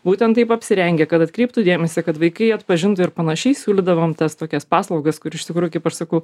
būtent taip apsirengę kad atkreiptų dėmesį kad vaikai atpažintų ir panašiai siūlydavom tas tokias paslaugas kur iš tikrųjų kaip aš sakau